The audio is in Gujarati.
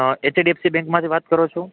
એચડીએફસી બેંકમાંથી વાત કરો છો